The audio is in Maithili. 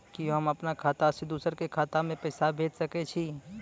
कि होम अपन खाता सं दूसर के खाता मे पैसा भेज सकै छी?